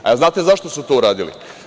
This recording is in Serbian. A jel znate zašto su to uradili?